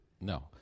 No